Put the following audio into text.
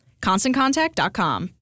ConstantContact.com